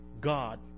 God